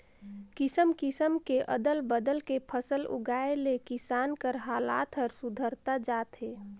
किसम किसम के अदल बदल के फसल उगाए ले किसान कर हालात हर सुधरता जात हे